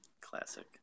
Classic